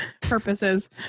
purposes